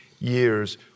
years